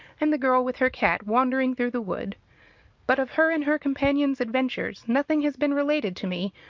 and the girl with her cat wandering through the wood but of her and her companion's adventures nothing has been related to me,